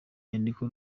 nyandiko